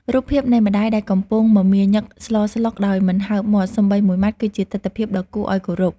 រូបភាពនៃម្ដាយដែលកំពុងមមាញឹកស្លស្លុកដោយមិនហើបមាត់សូម្បីមួយម៉ាត់គឺជាទិដ្ឋភាពដ៏គួរឱ្យគោរព។